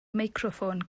meicroffon